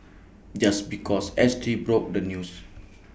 just because S T broke the news